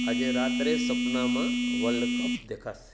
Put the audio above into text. આજે રાત્રે સપનામાં વલ્ડકપ દેખાશે